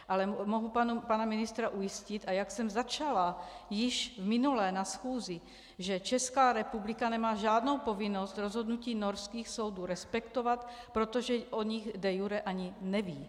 Ale mohu pana ministra ujistit, a jak jsem začala již minule na schůzi, že Česká republika nemá žádnou povinnost rozhodnutí norských soudů respektovat, protože o nich de iure ani neví.